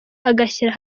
agashyira